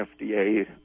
FDA